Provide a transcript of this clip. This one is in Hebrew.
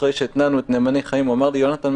אחרי שהתנענו את "נאמני חיים" אמר לי: יונתן,